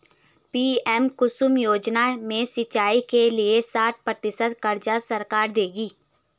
PM Kusum योजना में सिंचाई के लिए साठ प्रतिशत क़र्ज़ सरकार देगी